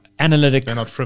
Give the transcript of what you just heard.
Analytic